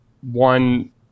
one